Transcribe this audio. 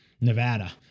Nevada